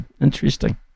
interesting